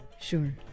Sure